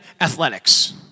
athletics